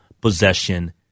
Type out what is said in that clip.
possession